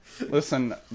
Listen